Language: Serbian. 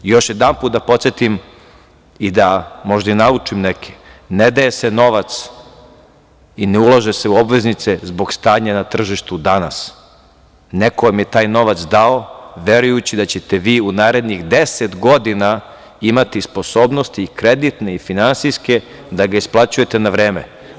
Još jednom da podsetim i možda naučim neke, ne daje se novac i ne ulaže se u obveznice zbog stanja na tržištu danas, neko vam je taj novac dao verujući da ćete vi u narednih 10 godina imati sposobnosti, kreditne, finansijske, da ga isplaćujete na vreme.